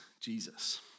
Jesus